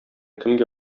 кемгә